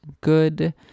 good